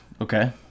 Okay